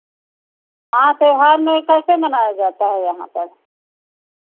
हाँ त्योहार में कैसे मनाया जाता है यहाँ पर